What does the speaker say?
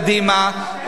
קדימה,